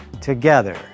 Together